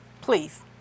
Please